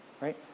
right